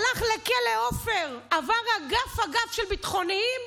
הלך לכלא עופר, עבר אגף-אגף של ביטחוניים,